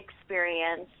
experience